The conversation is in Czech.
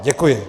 Děkuji.